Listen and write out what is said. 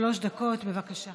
שלוש דקות, בבקשה.